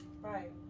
Right